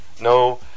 No